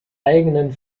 eigenen